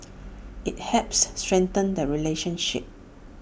IT helps strengthen the relationship